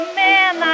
man